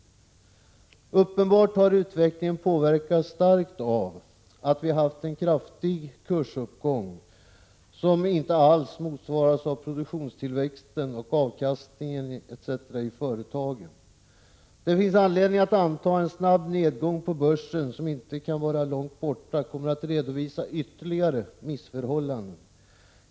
Uppenbart har utvecklingen påverkats starkt av att vi haft en snabb kursuppgång, som inte alls motsvarats av produktionstillväxten och avkastningen ute i företagen. Det finns anledning att anta att en snabb nedgång på börsen, som inte kan vara långt borta, kommer att redovisa ytterligare missförhållanden.